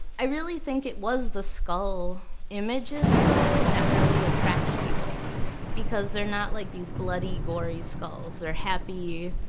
i really think it was the skull images though, that really attract people because they're not like these bloody, gory skulls. they're happy,